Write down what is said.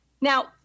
Now